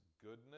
goodness